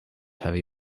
heavy